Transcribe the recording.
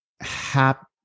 happy